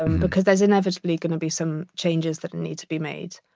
because there's inevitably going to be some changes that need to be made.